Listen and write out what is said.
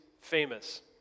famous